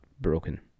broken